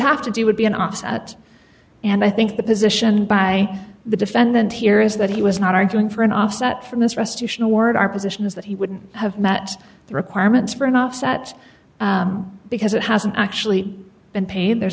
have to do would be an offset and i think the position by the defendant here is that he was not arguing for an offset from this restitution award our position is that he wouldn't have met the requirements for an offset because it hasn't actually been paid there's